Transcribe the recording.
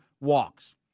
walks